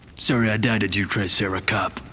sorry i doubted you triceracop.